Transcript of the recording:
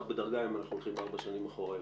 בדרגה אם אנחנו הולכים ארבע שנים אחורה,